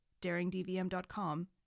DaringDVM.com